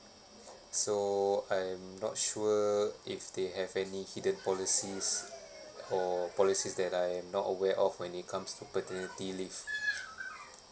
so I'm not sure if they have any hidden policies or policies that I'm not aware of when it comes to paternity leave